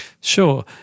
Sure